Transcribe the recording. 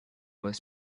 was